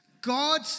God